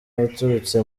abaturutse